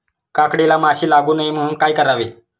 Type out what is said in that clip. काकडीला माशी लागू नये म्हणून काय करावे?